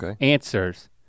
answers